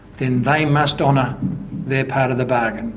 then they must honour their part of the bargain.